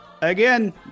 again